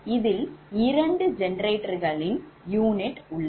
இதில் 2 generating unit உள்ளது